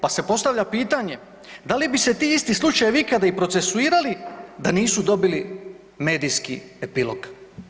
Pa se postavlja pitanje da li bi se ti isti slučajevi ikada i procesuirali da nisu dobili medijski epilog?